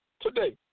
today